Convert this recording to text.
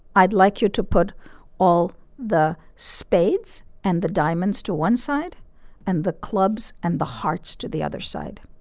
i'd like you to put all the spades and the diamonds to one side and the clubs and the hearts to the other side.